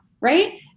Right